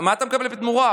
מה אתה מקבל בתמורה?